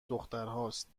دخترهاست